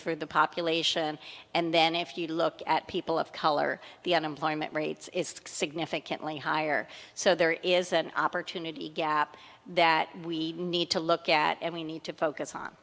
through the population and then if you look at people of color the unemployment rate's is significantly higher so there is an opportunity gap that we need to look at and we need to focus on